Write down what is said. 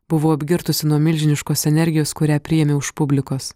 buvau apgirtusi nuo milžiniškos energijos kurią priėmiau iš publikos